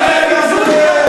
ציטוט אחד.